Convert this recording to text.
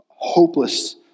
Hopeless